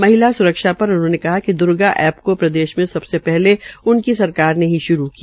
महिला स्रक्षा पर उन्होंने कहा कि द्र्गा ऐप को प्रदेश में सबसे पहले उनकी सरकार ने ही श्रू किया